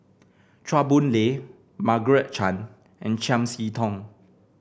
Chua Boon Lay Margaret Chan and Chiam See Tong